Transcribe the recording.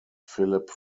philip